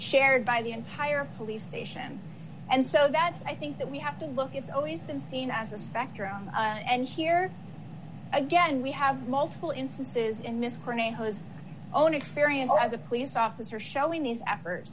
shared by the entire police station and so that's i think that we have to look it's always been seen as a spectrum and here again we have multiple instances in miss corning has own experience as a police officer showing these effort